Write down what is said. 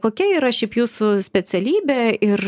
kokia yra šiaip jūsų specialybė ir